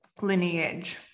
lineage